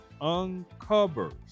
uncovers